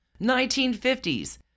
1950s